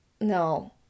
No